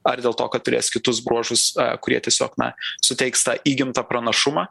ar dėl to kad turės kitus bruožus kurie tiesiog na suteiks tą įgimtą pranašumą